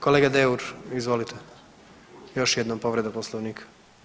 Kolega Deur izvolite, još jednom povreda Poslovnika.